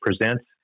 Presents